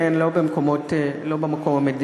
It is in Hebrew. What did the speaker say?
לא במקום המדיני,